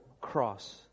cross